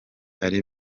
ari